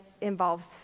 involves